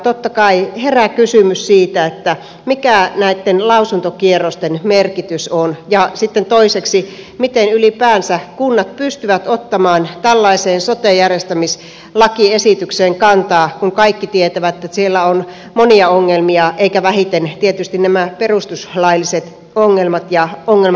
totta kai herää kysymys siitä mikä näitten lausuntokierrosten merkitys on ja sitten toiseksi miten ylipäänsä kunnat pystyvät ottamaan tällaiseen sote järjestämislakiesitykseen kantaa kun kaikki tietävät että siellä on monia ongelmia eikä vähiten tietysti näitä perustuslaillisia ongelmia ja ongelmia tähän vastuukuntaan liittyen